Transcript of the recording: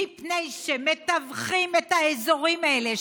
מפני שמטווחים את האזורים האלה,